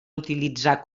utilitzar